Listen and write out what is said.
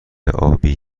آبی